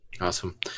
Awesome